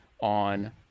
on